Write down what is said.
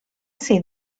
see